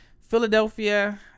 Philadelphia